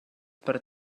per